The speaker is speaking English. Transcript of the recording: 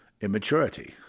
immaturity